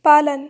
पालन